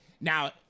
Now